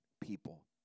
people